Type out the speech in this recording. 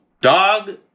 dog